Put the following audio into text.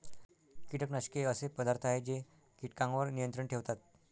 कीटकनाशके असे पदार्थ आहेत जे कीटकांवर नियंत्रण ठेवतात